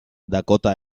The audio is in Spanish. dakota